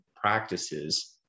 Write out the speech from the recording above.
practices